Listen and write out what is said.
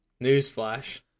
Newsflash